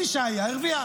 מי שהיה, הרוויח.